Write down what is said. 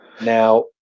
Now